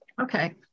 Okay